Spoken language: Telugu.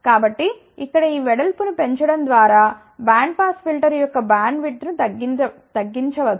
కాబట్టి ఇక్కడ ఈ వెడల్పు ను పెంచడం ద్వారా బ్యాండ్ పాస్ ఫిల్టర్ యొక్క బ్యాండ్విడ్త్ను తగ్గించవచ్చు